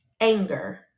anger